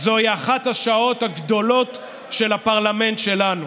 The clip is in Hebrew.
"זוהי אחת השעות הגדולות של הפרלמנט שלנו.